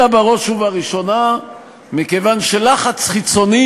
אלא בראש ובראשונה מכיוון שלחץ חיצוני